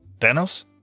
Thanos